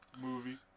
movie